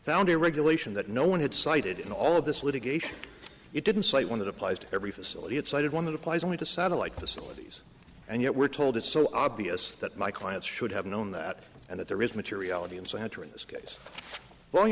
found a regulation that no one had cited in all of this litigation it didn't say when it applies to every facility it cited one that applies only to satellite facilities and yet we're told it's so obvious that my client should have known that and that there is materiality